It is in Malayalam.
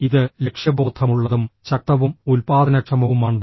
ഇത് ലക്ഷ്യബോധമുള്ളതും ശക്തവും ഉൽപ്പാദനക്ഷമവുമാണ്